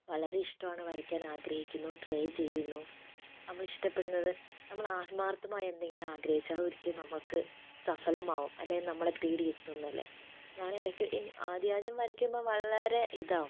വളരെ ഇഷ്ടമാണ് വരയ്ക്കാൻ ആഗ്രഹിക്കുന്നു ട്രൈ ചെയ്യുന്നു നമ്മളിഷ്ടപ്പെടുന്നത് നമ്മൾ ആത്മാർഥമായി ആഗ്രഹിച്ചാൽ ഒരിക്കൽ നമുക്ക് സഫലമാകും അല്ലേ നമ്മേ തേടിയെത്തും എന്നല്ലേ ഞാൻ ഇടക്കിടക്ക് ആദ്യം ആദ്യം വരയ്ക്കുന്നത് വളരെ ഇതാകും